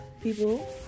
people